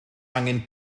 angen